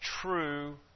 true